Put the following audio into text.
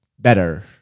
better